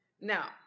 Now